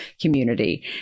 community